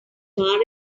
far